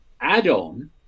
add-on